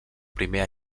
primer